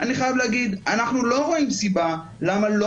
אני חייב להגיד אנחנו לא רואים סיבה למה לא